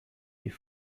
die